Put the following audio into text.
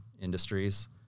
industries